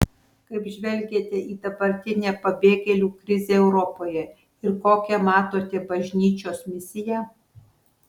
kaip žvelgiate į dabartinę pabėgėlių krizę europoje ir kokią matote bažnyčios misiją